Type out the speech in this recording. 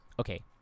Okay